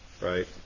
right